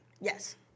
Yes